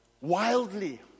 wildly